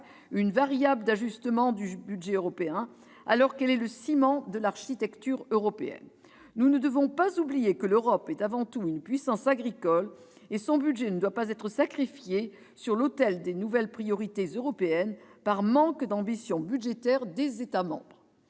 une variable d'ajustement du budget européen, alors qu'elle est le ciment de l'architecture européenne. Nous ne devons pas oublier que l'Europe est avant tout une puissance agricole : son budget ne doit pas être sacrifié sur l'autel des nouvelles priorités européennes par manque d'ambition budgétaire des États membres.